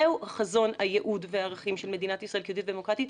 זה החזון והייעוד והערכים של מדינת ישראל כיהודית ודמוקרטית.